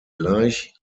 gleich